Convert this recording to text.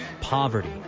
poverty